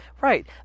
right